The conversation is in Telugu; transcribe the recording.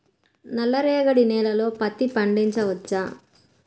నల్ల రేగడి నేలలో పత్తి పండించవచ్చా?